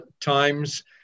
times